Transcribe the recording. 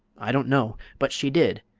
i don't know but she did.